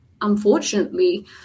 unfortunately